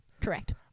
Correct